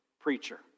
preacher